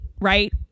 right